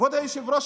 כבוד היושב-ראש,